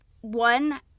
one